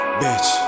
bitch